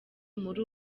muri